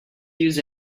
use